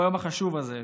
ביום החשוב הזה,